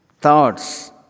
Thoughts